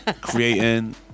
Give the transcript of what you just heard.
creating